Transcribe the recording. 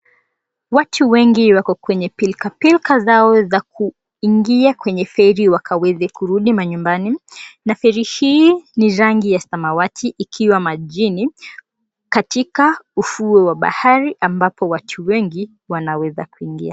Watu wengi wako kwenye pilkapilka zao za kuingia kwenye feri wakaweze kurudi manyumbani. Na feri hii ni rangi ya samawati ikiwa majini katika ufuo wa bahari ambapo watu wengi wanaweza kuingia.